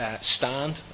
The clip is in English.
stand